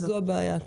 זו הבעיה.